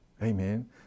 Amen